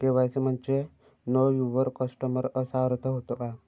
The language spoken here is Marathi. के.वाय.सी म्हणजे नो यूवर कस्टमर असा अर्थ होतो का?